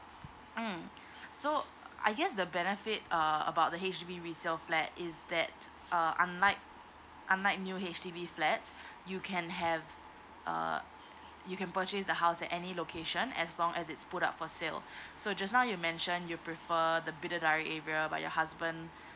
mm so I guess the benefit uh about the H_D_B resale flat is that uh unlike unlike new H_D_B flat you can have uh you can purchase the house at any location as long as it's put up for sale so just now you mentioned you prefer the bidadari area but your husband